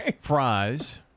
fries